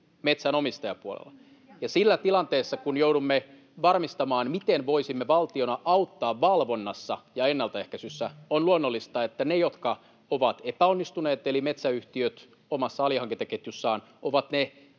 rangaistaan!] Ja siinä tilanteessa, kun joudumme varmistamaan, miten voisimme valtiona auttaa valvonnassa ja ennaltaehkäisyssä, on luonnollista, että ne, jotka ovat epäonnistuneet, eli metsäyhtiöt omassa alihankintaketjussaan, ovat ne,